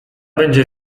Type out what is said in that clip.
będzie